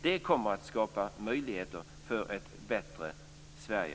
Det kommer att skapa möjligheter för ett bättre Sverige.